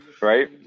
right